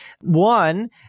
One